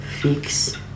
fix